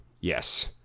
Yes